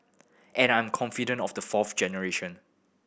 and I'm confident of the fourth generation